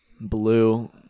blue